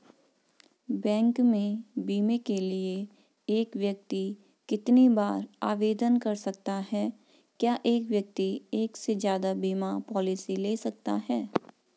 Bank में बीमे के लिए एक व्यक्ति कितनी बार आवेदन कर सकता है क्या एक व्यक्ति एक से ज़्यादा बीमा पॉलिसी ले सकता है?